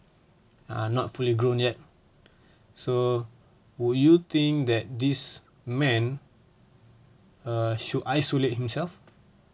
are not fully grown yet so would you think that this man uh should isolate himself